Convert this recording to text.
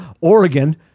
Oregon